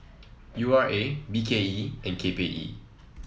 U R A B K E and K P E